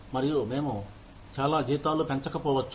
మరియు మేము చాలా జీతాలు పెంచకపోవచ్చు